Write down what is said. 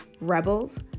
Rebels